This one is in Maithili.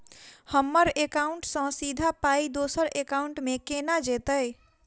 हम्मर एकाउन्ट सँ सीधा पाई दोसर एकाउंट मे केना जेतय?